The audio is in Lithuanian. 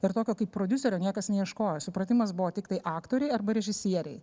ir tokio kaip prodiuserio niekas neieškojo supratimas buvo tiktai aktoriai arba režisieriai